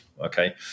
Okay